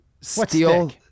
steel